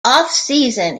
offseason